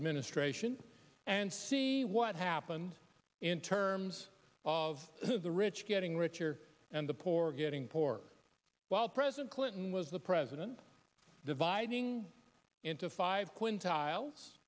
administration and see what happened in terms of the rich getting richer and the poor getting poorer while president clinton was the president dividing into five quintiles